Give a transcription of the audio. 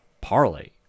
Parlay